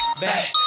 back